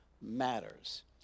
matters